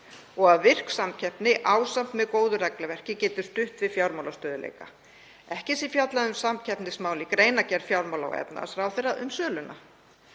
og að virk samkeppni ásamt góðu regluverki geti stutt við fjármálastöðugleika. Ekki sé fjallað um samkeppnismál í greinargerð fjármála- og efnahagsráðherra um söluna.